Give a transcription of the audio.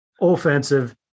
offensive